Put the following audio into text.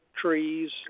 trees